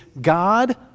God